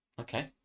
Okay